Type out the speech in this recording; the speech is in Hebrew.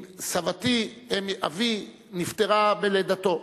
סבתי, אם אבי, נפטרה בלידתו,